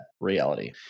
reality